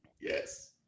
Yes